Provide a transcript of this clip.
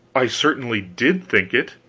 i certainly did think it.